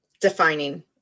defining